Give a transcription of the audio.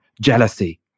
jealousy